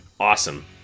Awesome